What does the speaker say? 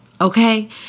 Okay